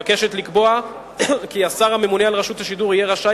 נועדה לקבוע כי השר הממונה על רשות השידור יהיה רשאי